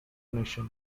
nation